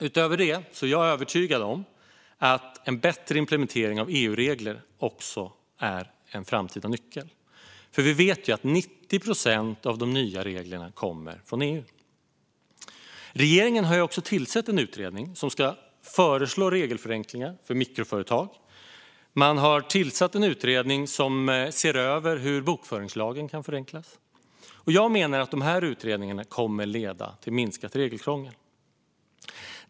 Utöver det är jag övertygad om att en bättre implementering av EU-regler är en framtida nyckel. Vi vet ju att 90 procent av de nya reglerna kommer från EU. Regeringen har också tillsatt en utredning som ska föreslå regelförenklingar för mikroföretag. Man har tillsatt en utredning som ser över hur bokföringslagen kan förenklas. Jag menar att dessa utredningar kommer att leda till minskat regelkrångel.